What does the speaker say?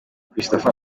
christopher